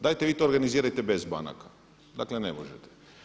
Dajte vi to organizirajte bez banaka, dakle ne možete.